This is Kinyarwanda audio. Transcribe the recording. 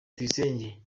tuyisenge